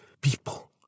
people